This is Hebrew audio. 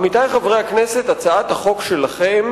עמיתי חברי הכנסת, הצעת החוק שלכם